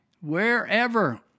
Wherever